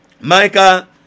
Micah